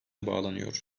bağlanıyor